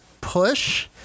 Push